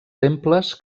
temples